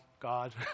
God